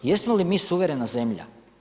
Jesmo li mi suverena zemlja?